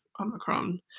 Omicron